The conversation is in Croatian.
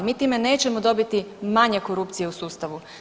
Mi time nećemo dobiti manje korupcije u sustavu.